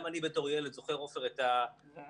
גם אני בתור ילד זוכר, עפר, את הנהגים.